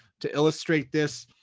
to illustrate this,